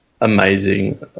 amazing